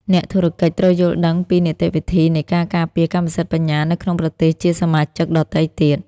អ្នកធុរកិច្ចត្រូវយល់ដឹងពីនីតិវិធីនៃការការពារកម្មសិទ្ធិបញ្ញានៅក្នុងប្រទេសជាសមាជិកដទៃទៀត។